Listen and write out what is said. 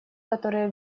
которая